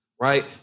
right